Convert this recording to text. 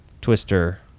Twister